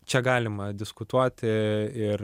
čia galima diskutuoti ir